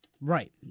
Right